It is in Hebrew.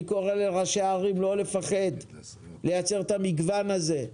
אני קורא לראשי הערים לא לפחד לייצר את המגוון הזה.